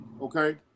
okay